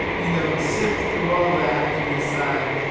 you know, sift through all that and decide,